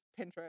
Pinterest